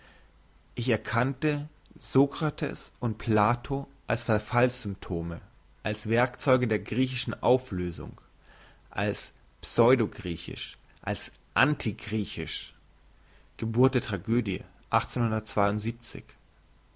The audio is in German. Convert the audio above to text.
ich erkannte sokrates und plato als verfalls symptome als werkzeuge der griechischen auflösung als